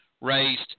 raised